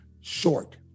short